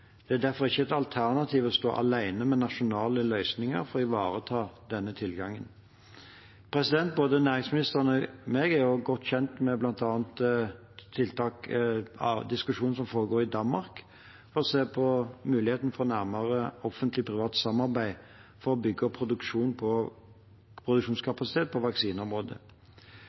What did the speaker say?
Det er derfor ikke et alternativ å stå alene med nasjonale løsninger for å ivareta denne tilgangen. Både næringsministeren og jeg er også godt kjent med bl.a. diskusjonen som foregår i Danmark om å se på muligheten for nærmere offentlig-privat samarbeid for å bygge opp produksjonskapasitet på